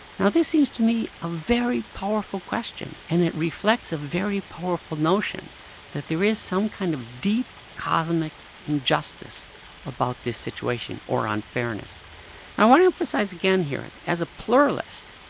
now this seems to me a very powerful question and it reflects a very powerful notion that there is some kind of deep, cosmic injustice about this situation or unfairness. and i want to emphasise again here and as a pluralist,